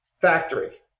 factory